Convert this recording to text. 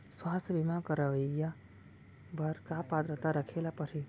स्वास्थ्य बीमा करवाय बर का पात्रता रखे ल परही?